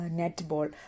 netball